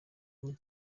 muri